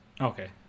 Okay